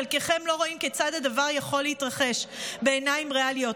חלקכם לא רואים כיצד הדבר יכול להתרחש בעיניים ריאליות,